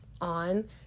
on